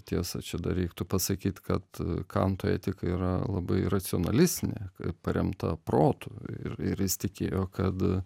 tiesa čia dar reiktų pasakyt kad kanto etika yra labai racionalistinė paremta protu ir ir jis tikėjo kad